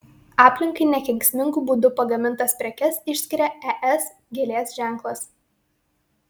aplinkai nekenksmingu būdu pagamintas prekes išskiria es gėlės ženklas